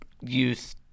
youth